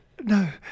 No